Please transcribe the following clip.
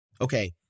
Okay